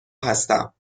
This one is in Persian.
هستم